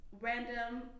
Random